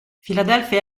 filadelfia